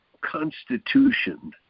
constitution